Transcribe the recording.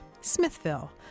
Smithville